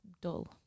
dull